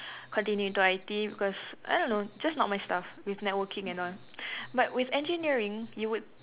continue to I_T_E because I don't know just not my stuff with networking and all but with engineering you would